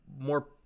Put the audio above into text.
more